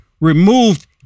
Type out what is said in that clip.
Removed